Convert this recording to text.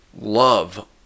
love